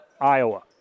Iowa